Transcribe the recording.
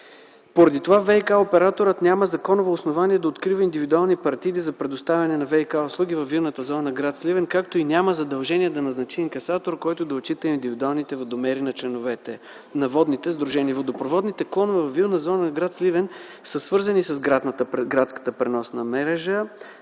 Поради това ВиК-операторът няма законово основание да открива индивидуални партиди за предоставяне на ВиК услуги във Вилната зона на гр. Сливен, както и няма задължения да назначи инкасатор, който да отчита индивидуалните водомери на членовете на водните сдружения. Водопроводните клонове във вилна зона – гр. Сливен, са свързани с градската преносна мрежа